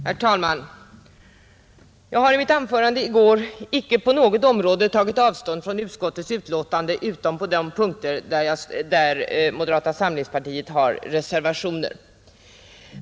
Herr talman! Jag har i mitt anförande i går icke på något område tagit avstånd från utskottets betänkande utom på de punkter där moderata samlingspartiet har reservationer.